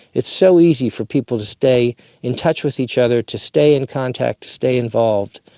it's so easy for people to stay in touch with each other, to stay in contact, stay involved.